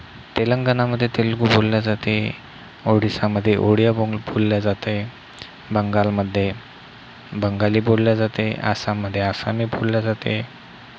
तेलंगणामध्ये तेलगू बोलली जाते ओडिसामध्ये ओडिया ब बोलली जाते बंगालमध्ये बंगाली बोलली जाते आसाममध्ये आसामी बोलली जाते